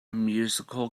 musical